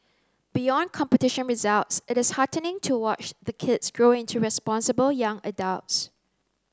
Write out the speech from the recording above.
beyond competition results it is heartening to watch the kids grow into responsible young adults